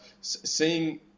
seeing